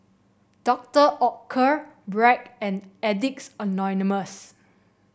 Doctor Oetker Bragg and Addicts Anonymous